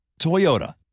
Toyota